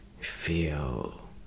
feel